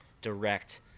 direct